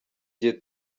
gihe